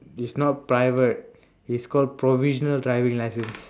is not private is called provisional driving license